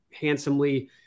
handsomely